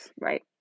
right